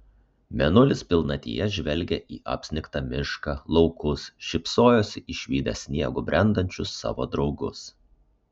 mėnulis pilnatyje žvelgė į apsnigtą mišką laukus šypsojosi išvydęs sniegu brendančius savo draugus